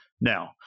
Now